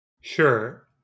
Sure